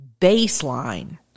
baseline